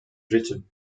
britain